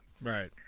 Right